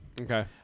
Okay